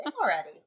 already